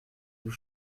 nous